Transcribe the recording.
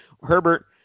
Herbert